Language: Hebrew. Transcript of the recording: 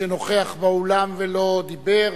שנוכח באולם ולא דיבר?